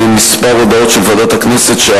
כמה הודעות של ועדת הכנסת,